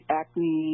acne